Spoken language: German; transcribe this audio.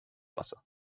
wasser